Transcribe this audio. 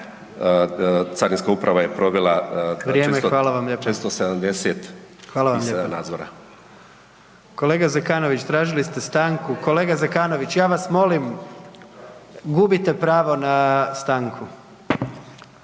Gordan (HDZ)** Hvala vam lijepo. Kolega Zekanović tražili ste stanku. Kolega Zekanović ja vas molim gubite pravo na stanku